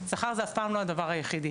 שכר זה אף פעם לא הדבר היחידי,